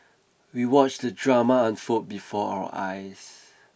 we watched the drama unfold before our eyes